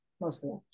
mostly